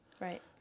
Right